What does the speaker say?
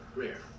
rare